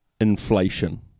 inflation